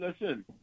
listen